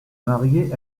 marié